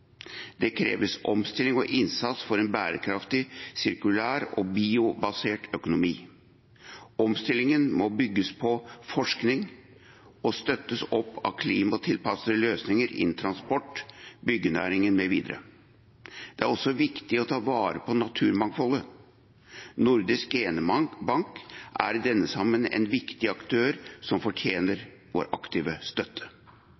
Det kreves omstilling og innsats for en bærekraftig, sirkulær og biobasert økonomi. Omstillingen må bygges på forskning og støttes opp av klimatilpassede løsninger innen transport, byggenæringen mv. Det er også viktig å ta vare på naturmangfoldet. Nordisk genbank er i denne sammenheng en viktig aktør som fortjener vår aktive støtte.